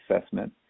assessment